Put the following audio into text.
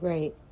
Right